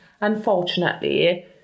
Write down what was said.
Unfortunately